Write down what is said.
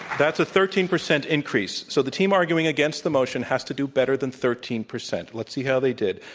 that's a thirteen percent increase. so the team arguing against the motion has to do better than thirteen percent. let's see how they did.